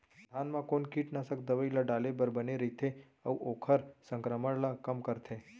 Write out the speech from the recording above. धान म कोन कीटनाशक दवई ल डाले बर बने रइथे, अऊ ओखर संक्रमण ल कम करथें?